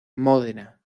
módena